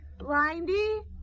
Blindy